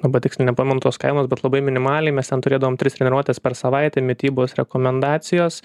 dabar tiksliai nepamenu tos kainos bet labai minimaliai mes ten turėdavom tris treniruotes per savaitę mitybos rekomendacijos